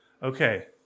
Okay